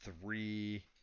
three